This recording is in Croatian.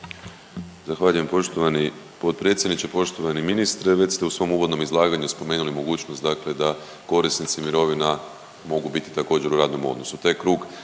Zahvaljujem poštovani potpredsjedniče, poštovani ministre. Već ste u svom uvodnom izlaganju spomenuli mogućnost dakle da korisnici mirovina mogu biti također, u radnom odnosu.